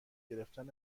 گرفتن